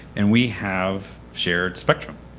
and we have shared spectrum.